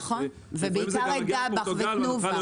נכון, ובעיקר את דבאח ותנובה אנחנו מפרנסים.